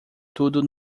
tudo